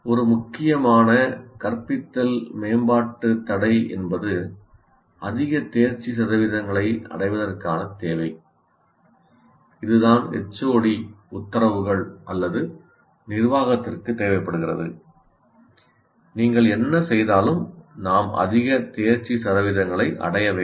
ஒரு முக்கியமான கற்பித்தல் மேம்பாட்டு தடை என்பது அதிக தேர்ச்சி சதவீதங்களை அடைவதற்கான தேவை இதுதான் HOD உத்தரவுகள் அல்லது நிர்வாகத்திற்கு தேவைப்படுகிறது நீங்கள் என்ன செய்தாலும் நாம் அதிக தேர்ச்சி சதவீதங்களை அடைய வேண்டும்